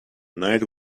night